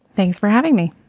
thanks for having me.